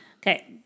Okay